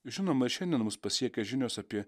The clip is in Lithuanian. žinoma ir šiandien mus pasiekė žinios apie